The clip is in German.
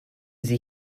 sie